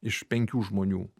iš penkių žmonių